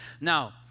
Now